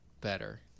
better